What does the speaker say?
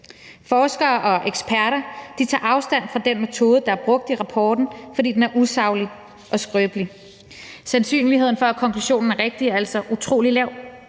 Forskere og eksperter tager afstand fra den metode, der er brugt i rapporten, fordi den er usaglig og skrøbelig. Sandsynligheden for, at konklusionen er rigtig, er altså utrolig lav.